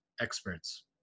experts